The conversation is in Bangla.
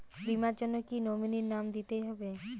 বীমার জন্য কি নমিনীর নাম দিতেই হবে?